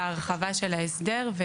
להרחבה של ההסדר,